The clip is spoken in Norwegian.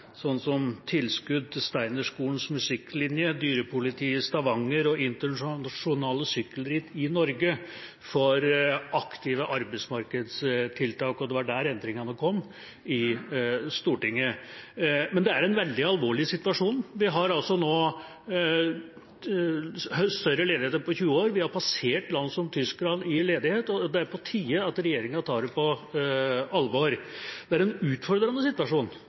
som tilskudd til Steinerskolens musikklinje, dyrepoliti i Stavanger og internasjonale sykkelritt i Norge for aktive arbeidsmarkedstiltak, og. det var der endringene kom i Stortinget. Men det er en veldig alvorlig situasjon. Vi har altså nå større ledighet enn på 20 år. Vi har passert land som Tyskland i ledighet, og det er på tide at regjeringa tar det på alvor. Det er en utfordrende situasjon,